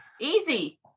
Easy